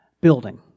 building